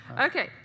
Okay